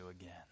again